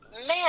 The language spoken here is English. man